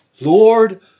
Lord